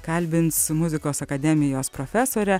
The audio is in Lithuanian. kalbins muzikos akademijos profesorę